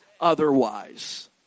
otherwise